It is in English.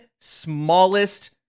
smallest